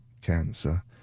cancer